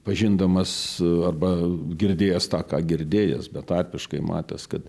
pažindamas arba girdėjęs tą ką girdėjęs betarpiškai matęs kad